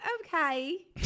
okay